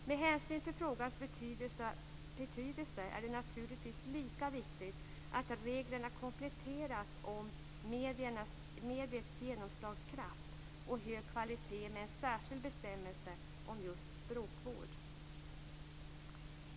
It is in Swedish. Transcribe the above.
Med hänsyn till frågans betydelse och mediets genomslagskraft är det naturligtvis lika viktigt att reglerna om hög kvalitet kompletteras med en särskild bestämmelse om språkvård.